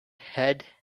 head